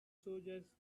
soldiers